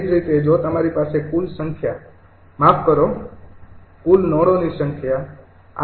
એ જ રીતે જો તમારી પાસે કુલ સંખ્યા માફ કરો કુલ નોડોની સંખ્યા 𝐼𝑁𝐵